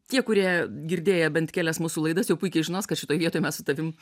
tie kurie girdėję bent kelias mūsų laidas jau puikiai žinos kad šitoj vietoj mes su tavim